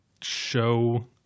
show